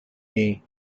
may